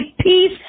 peace